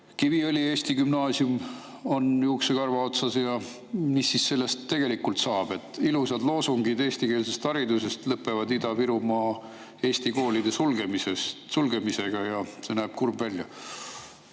Kiviõli eesti gümnaasiumi [saatus] on juuksekarva otsas. Mis siis sellest tegelikult saab? Ilusad loosungid eestikeelsest haridusest lõpevad Ida-Virumaa eesti koolide sulgemisega. See näeb kurb välja.